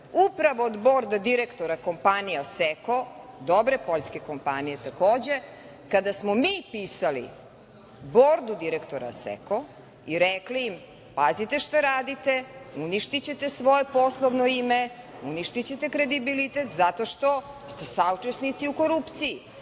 upravo od borda direktora kompanije „Aseko“, dobre poljske kompanije, takođe. Kada smo mi pisali bordu direktora „Aseko“ i rekli im – pazite šta radite, uništićete svoje poslovno ime, uništićete kredibilitet zato što ste saučesnici u korupciji,